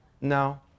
No